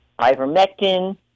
ivermectin